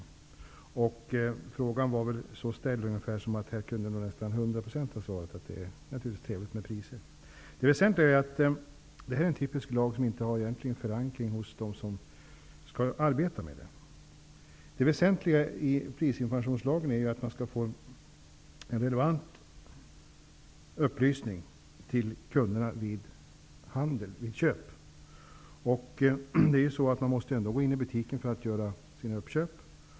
Frågan var ställd så att nästan 100 % kunde ha svarat att det naturligtvis är trevligt med priser i skyltfönstren. Det väsentliga är att den här lagen inte har förankring hos dem som skall arbeta med den. Meningen med prisinformationslagen är att kunderna skall få en relevant upplysning vid köp. De måste ändå gå in i butiken för att göra sina inköp.